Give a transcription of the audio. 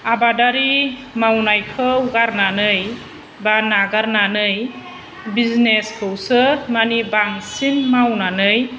आबादारि मावनायखौ गारनानै बा नागारनानै बिजिनेसखौसो मानि बांसिन मावनानै